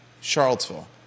Charlottesville